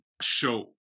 show